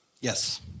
Yes